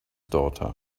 daughter